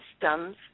systems